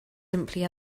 simply